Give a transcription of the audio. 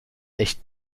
echt